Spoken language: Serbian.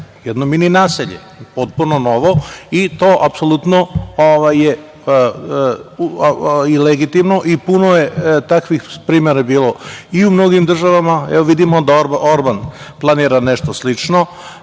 jedno mini naselje potpuno novo i to je apsolutno legitimno i puno je takvih primera bilo i u mnogim državama. Vidimo da Orban planira nešto slično.